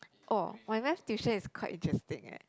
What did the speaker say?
oh my math tuition is quite interesting eh